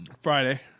Friday